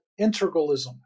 integralism